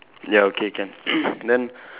ya okay can then